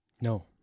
No